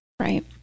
Right